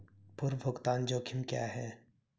पूर्व भुगतान जोखिम क्या हैं?